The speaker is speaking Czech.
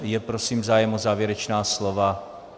Je prosím zájem o závěrečná slova?